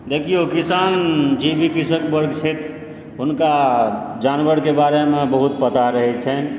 देखिऔ किसान जे भी कृषक वर्ग छथि हुनका जानवरके बारेमे बहुत पता रहय छनि